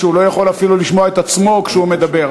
שהוא לא יכול לשמוע אפילו את עצמו כשהוא מדבר.